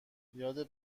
یاد